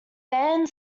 band